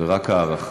-- זו רק הערכה.